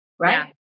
Right